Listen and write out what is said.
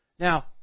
Now